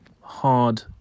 hard